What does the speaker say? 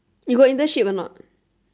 you got internship or not